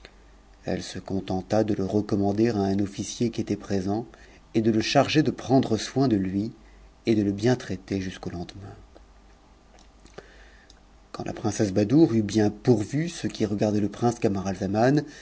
elle se contenta de le recommander à un officier qt présent et de le charger de prendre soin de n et df le t jusqu'au lendemain l quand la princesse badoure eut bien pourvu a ce qui regardait le prince